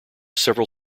several